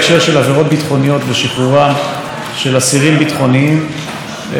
אסירים ביטחוניים לפני סיום תקופת מאסרם.